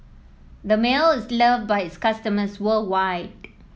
Dermale is love by its customers worldwide